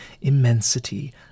immensity